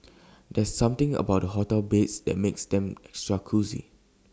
there's something about hotel beds that makes them extra cosy